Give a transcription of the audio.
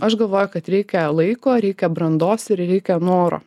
aš galvoju kad reikia laiko ir reikia brandos ir reikia noro